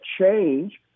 change